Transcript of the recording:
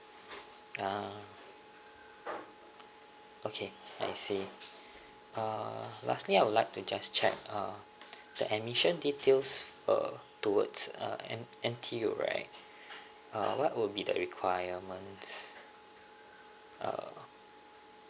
ah okay I see uh lastly I would like to just check uh the admission details uh towards uh N~ N_T_U right uh what would be the requirements uh